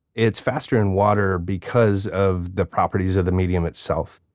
it's faster in water because of the properties of the medium itself.